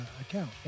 account